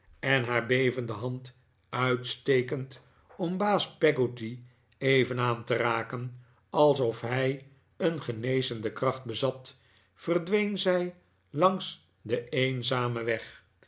en haar bevende hand uitstekend om baas peggotty even aan te raken alsof hij een genezende kracht bezat verdween zij langs den eenzamen weg